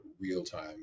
real-time